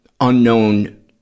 unknown